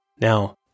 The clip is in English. Now